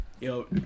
Yo